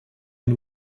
and